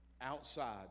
outside